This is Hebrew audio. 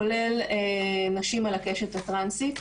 כולל נשים על הקשת הטרנסית.